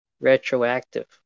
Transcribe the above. retroactive